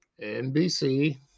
nbc